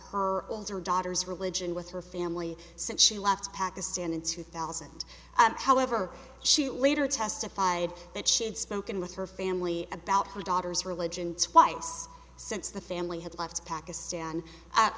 her older daughter's religion with her family since she left pakistan in two thousand however she later testified that she had spoken with her family about her daughter's religion twice since the family had left pakistan